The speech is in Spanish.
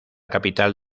capital